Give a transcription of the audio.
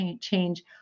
change